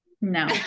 No